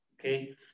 Okay